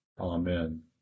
Amen